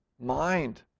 mind